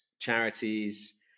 charities